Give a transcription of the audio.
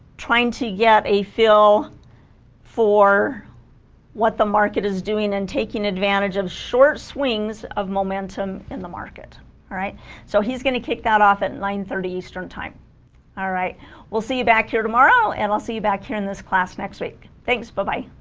trying to get a feel for what the market is doing and taking advantage of short swings of momentum in the market alright so he's gonna kick that off at nine thirty eastern time all right we'll see you back here tomorrow and i'll see you back here in this class next week thanks but bye